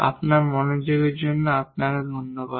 আপনার মনোযোগের জন্য আপনাকে ধন্যবাদ